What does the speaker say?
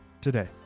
today